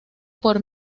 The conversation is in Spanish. por